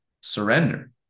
surrender